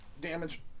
Damage